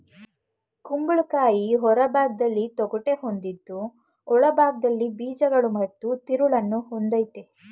ಕುಂಬಳಕಾಯಿ ಹೊರಭಾಗ್ದಲ್ಲಿ ತೊಗಟೆ ಹೊಂದಿದ್ದು ಒಳಭಾಗ್ದಲ್ಲಿ ಬೀಜಗಳು ಮತ್ತು ತಿರುಳನ್ನು ಹೊಂದಯ್ತೆ